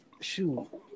shoot